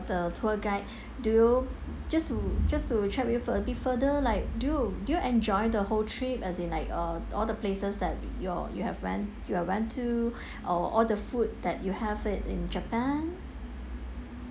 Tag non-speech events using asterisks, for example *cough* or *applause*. the tour guide do you just to just to check with a bit further like do do you enjoy the whole trip as in like uh all the places that you're you have when you're went to *breath* or all the food that you have it in japan